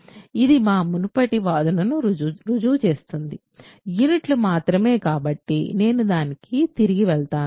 కాబట్టి ఇది మా మునుపటి వాదనను రుజువు చేస్తుంది యూనిట్లు మాత్రమే కాబట్టి నేను దానికి తిరిగి వెళ్తాను